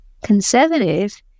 conservative